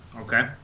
Okay